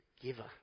giver